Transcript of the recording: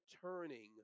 turning